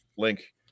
link